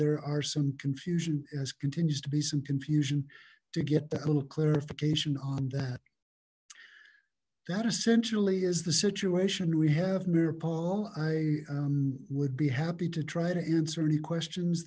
there are some confusion as continues to be some confusion to get the hello clarification on that that essentially is the situation we have mira paul i would be happy to try to answer any questions